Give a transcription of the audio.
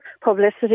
publicity